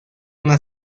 una